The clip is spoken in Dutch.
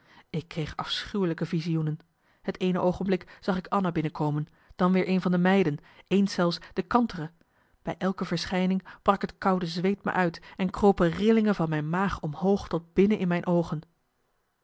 ik kreeg afschuwelijke visioenen het eene oogenblik zag ik anna binnen komen dan weer een van de meiden eens zelfs de kantere bij elke verschijning brak het koude zweet me uit en kropen rillingen van mijn maag omhoog tot binnen in mijn oogen